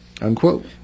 Unquote